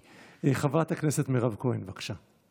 חברת הכנסת מירב כהן, בבקשה.